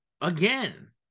again